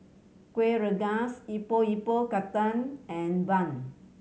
Kueh Rengas Epok Epok Kentang and bun